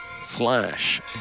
slash